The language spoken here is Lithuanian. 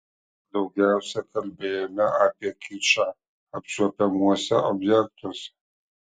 daugiausia kalbėjome apie kičą apčiuopiamuose objektuose